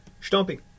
Stomping